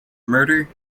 murder